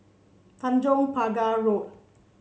Tanjong Pagar Road